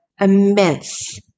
immense